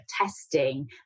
testing